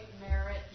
merit